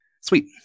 Sweet